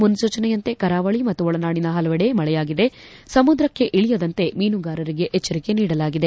ಮುನ್ನೂಚನೆಯಂತೆ ಕರಾವಳ ಮತ್ತು ಒಳನಾಡಿನ ಹಲವೆಡೆ ಮಳೆಯಾಗಲಿದೆ ಸಮುದ್ರಕ್ಕೆ ಇಳಿಯದಂತೆ ಮೀನುಗಾರರಿಗೆ ಎಚ್ಚರಿಕೆ ನೀಡಲಾಗಿದೆ